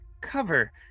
cover